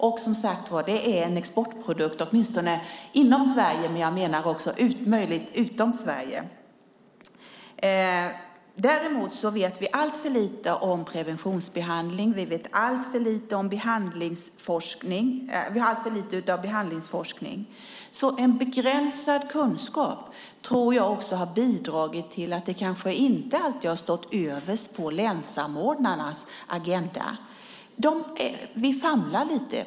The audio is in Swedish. Det är som sagt en "exportprodukt" åtminstone inom Sverige, men det är möjligt även utom Sverige. Däremot vet vi alltför lite om preventionsbehandling. Vi har alltför lite av behandlingsforskning. En begränsad kunskap tror jag har bidragit till att detta kanske inte alltid har stått överst på länssamordnarnas agenda. Vi famlar lite.